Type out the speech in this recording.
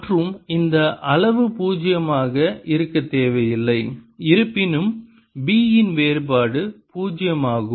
மற்றும் இந்த அளவு பூஜ்ஜியமாக இருக்க தேவையில்லை இருப்பினும் பி இன் வேறுபாடு பூஜ்ஜியமாகும்